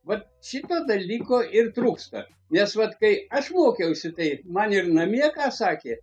vat šito dalyko ir trūksta nes vat kai aš mokiausi tai man ir namie ką sakė